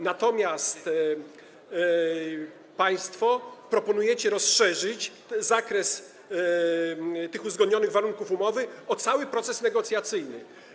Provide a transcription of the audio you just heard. Natomiast państwo proponujecie rozszerzyć zakres tych uzgodnionych warunków umowy o cały proces negocjacyjny.